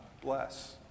Bless